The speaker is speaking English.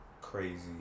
crazy